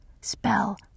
Spell